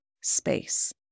space